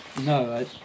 no